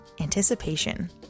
Anticipation